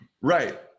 right